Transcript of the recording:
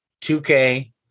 2K